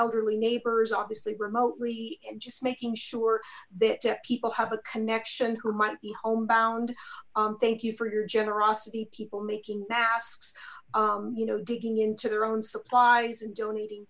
elderly neighbors obviously remotely and just making sure that people have a connection who might be homebound thank you for your generosity people making masks you know digging into their own supplies and donating